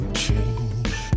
change